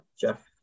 Jeff